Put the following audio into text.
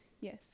Yes